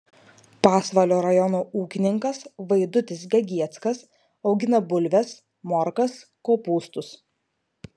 pasvalio rajono ūkininkas vaidutis gegieckas augina bulves morkas kopūstus